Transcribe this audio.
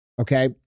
okay